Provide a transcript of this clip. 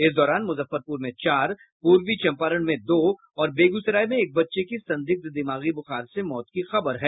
इस दौरान मुजफ्फरपूर में चार पूर्वी चम्पारण में दो और बेगूसराय में एक बच्चे की संदिग्ध दिमागी बुखार से मौत की खबर है